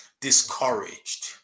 discouraged